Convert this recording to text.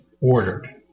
ordered